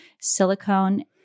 silicone